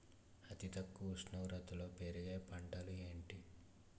అతి తక్కువ ఉష్ణోగ్రతలో పెరిగే పంటలు ఏంటి?